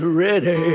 ready